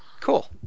Cool